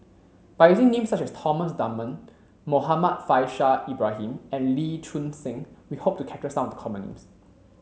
by using names such as Thomas Dunman Muhammad Faishal Ibrahim and Lee Choon Seng we hope to capture some of the common names